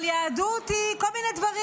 יהדות היא כל מיני דברים.